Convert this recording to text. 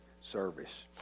service